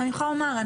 אני יכולה לומר,